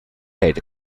head